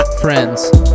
Friends